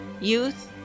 youth